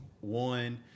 One